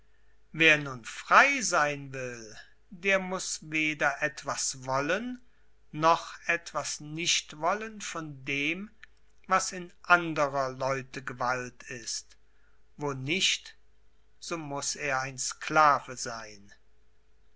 wer nun frei sein will der muß weder etwas wollen noch etwas nicht wollen von dem was in anderer leute gewalt ist wo nicht so muß er ein sklave sein